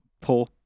poor